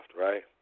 right